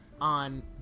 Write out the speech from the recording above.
on